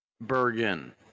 Bergen